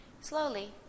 slowly